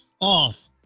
off